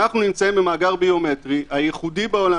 אנחנו נמצאים במאגר ביומטרי הייחודי בעולם,